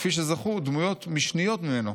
כפי שזכו דמויות משניות ממנו.